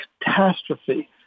catastrophe